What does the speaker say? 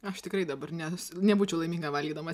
aš tikrai dabar nes nebūčiau laiminga valgydama